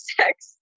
sex